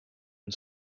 and